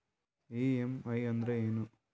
EMI ಅಂದ್ರೇನು?